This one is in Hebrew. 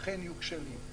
אכן יהיו כשלים.